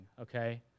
okay